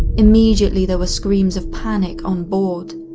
immediately there were screams of panic on board.